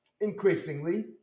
increasingly